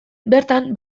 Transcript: bertan